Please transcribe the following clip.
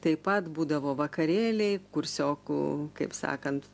taip pat būdavo vakarėliai kursiokų kaip sakant